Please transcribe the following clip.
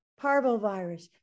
parvovirus